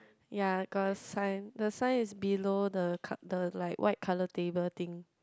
ya got a sign the sign is below the cutter like white colour table thing